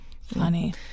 funny